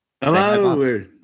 Hello